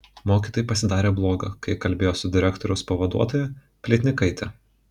mokytojai pasidarė bloga kai ji kalbėjo su direktoriaus pavaduotoja plytnikaite